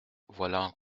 voilà